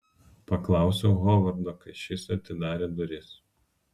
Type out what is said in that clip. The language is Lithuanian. paklausiau hovardo kai šis atidarė duris